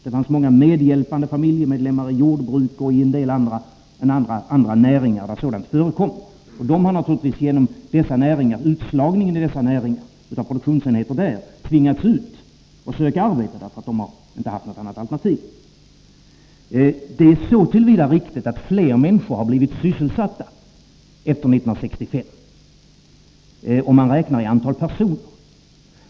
Det fanns många medhjälpande familjemedlemmar i jordbruk och en del andra näringar där sådant förekom, och de har naturligtvis genom utslagningen av produktionsenheter i dessa näringar tvingats ut för att söka arbete, eftersom de inte har haft något alternativ. Det är så till vida riktigt att fler människor blivit sysselsatta efter 1965, om man räknar i antal personer.